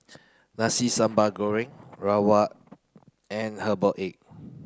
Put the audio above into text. Nasi Sambal Goreng Rawon and herbal egg